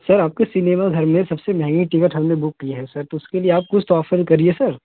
sir आपके cinema घर में सबसे महंगी टिकट हमने बुक की है सर तो उसके लिए आप कुछ तो आफर करिए सर